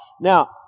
Now